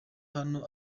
hano